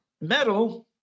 metal